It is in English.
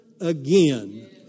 again